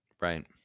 right